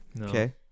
Okay